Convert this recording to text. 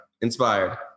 Inspired